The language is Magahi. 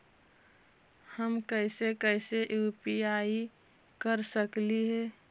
हम कैसे कैसे यु.पी.आई कर सकली हे?